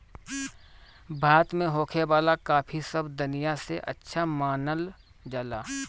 भारत में होखे वाला काफी सब दनिया से अच्छा मानल जाला